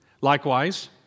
Likewise